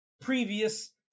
previous